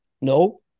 No